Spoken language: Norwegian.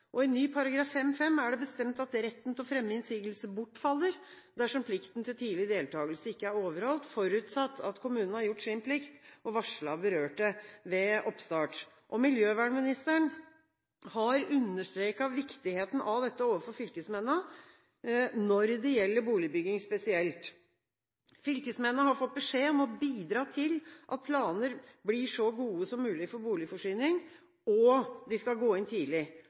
område. I ny § 5-5 er det bestemt at retten til å fremme innsigelse bortfaller dersom plikten til tidlig deltakelse ikke er overholdt, forutsatt at kommunen har gjort sin plikt og varslet berørte ved oppstart. Miljøvernministeren har understreket viktigheten av dette overfor fylkesmennene når det gjelder boligbygging spesielt. Fylkesmennene har fått beskjed om å bidra til at planer blir så gode som mulig for boligforsyning, og de skal gå inn tidlig.